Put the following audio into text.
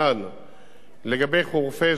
לגבי חורפיש, בית-ג'ן וכו',